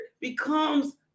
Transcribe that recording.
becomes